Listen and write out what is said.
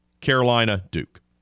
Carolina-Duke